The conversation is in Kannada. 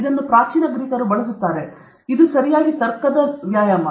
ಆದ್ದರಿಂದ ಪ್ರಾಚೀನ ಗ್ರೀಕರು ಬಳಸುತ್ತಾರೆ ಇದು ಸರಿ ತರ್ಕದ ವ್ಯಾಯಾಮ